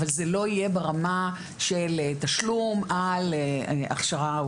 אבל זה לא יהיה ברמה של תשלום על הכשרה,